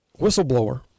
whistleblower